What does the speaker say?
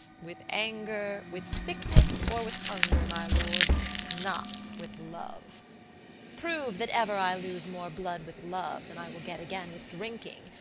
with anger, with sickness, or with hunger, my lord not with love prove that ever i lose more blood with love than i will get again with drinking,